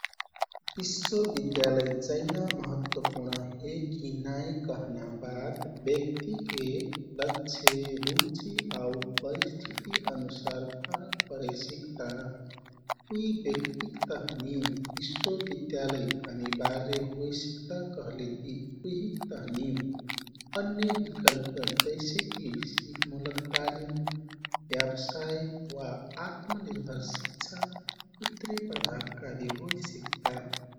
विश्वविद्यालय जैना महत्वपूर्ण हे कि नाइ कहना बात व्यक्तिके लक्ष्य, रुचि, आउ परिस्थिति अनुसार फरक परे सिकता। कुछ व्यक्तिक तहिन विश्वविद्यालय अनिवार्य होइ सिकता कहलेति कुहिक तहिन अन्य विकल्प जैसेकि सीपमूलक तालिम, व्यबसाय वा आत्मनिर्भर शिक्षा उतरे प्रभावकारी होइ सिकता।